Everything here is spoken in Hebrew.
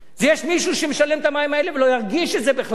יש מישהו שמשלם את המים האלה ולא ירגיש את זה בכלל,